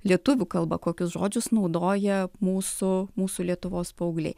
lietuvių kalba kokius žodžius naudoja mūsų mūsų lietuvos paaugliai